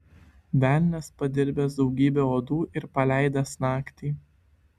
velnias padirbęs daugybę uodų ir paleidęs naktį